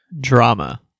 Drama